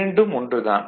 இரண்டும் ஒன்றுதான்